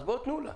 אז תנו לה.